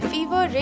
Fever